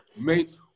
Mate